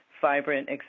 vibrant